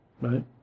right